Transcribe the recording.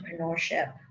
entrepreneurship